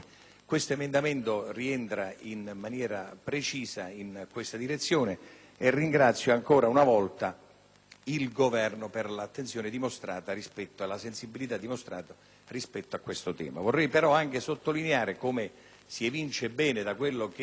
Quell'emendamento rientra in maniera precisa in questa direzione e ringrazio, ancora una volta, il Governo per l'attenzione e la sensibilità dimostrata verso questo tema. Vorrei anche sottolineare, come si evince da quello che